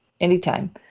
anytime